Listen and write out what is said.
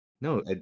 No